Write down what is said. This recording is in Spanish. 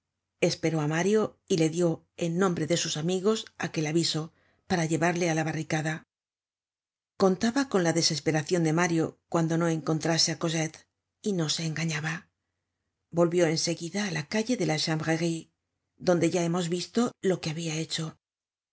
esperó á mario y le dió en nombre de sus amigos aquel aviso para llevarle á la barricada contaba con la desesperacion de mario cuando no encontrase á cosette y no se engañaba volvió en seguida á la calle de la chanvrerie donde ya hemos visto lo que habia hecho